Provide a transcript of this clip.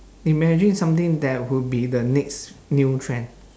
imagine something that would be the next new trend